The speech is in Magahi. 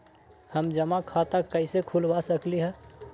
हम जमा खाता कइसे खुलवा सकली ह?